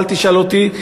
אל תשאל אותי,